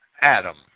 Adam